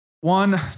One